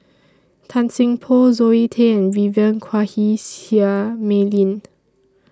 Tan Seng Poh Zoe Tay and Vivien Quahe Seah Mei Lin